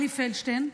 אלי פלדשטיין,